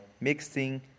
mixing